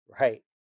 right